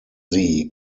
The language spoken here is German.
sie